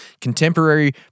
Contemporary